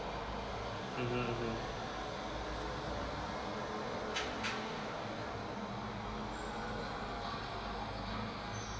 (uh huh) (uh huh)